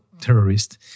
terrorist